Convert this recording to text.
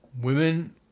Women